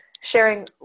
sharing